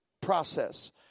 process